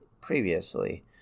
previously